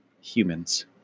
humans